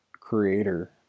creator